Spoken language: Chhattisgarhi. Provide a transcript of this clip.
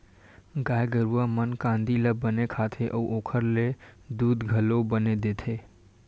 गाय गरूवा मन कांदी ल बने खाथे अउ ओखर ले दूद घलो बने देथे